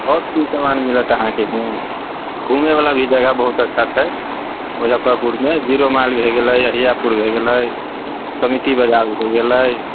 बहुत किछु समान मिलत अहाँके हँ घूमै बला भी जगह बहुत अच्छा छै मुजफ्फरपुरमे जीरो माइल भए गेलै अहियापुर भए गेलै समिति बजार भए गेलै